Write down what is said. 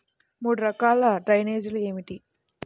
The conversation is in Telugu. మూడు రకాల డ్రైనేజీలు ఏమిటి?